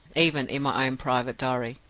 even in my own private diary.